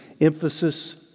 emphasis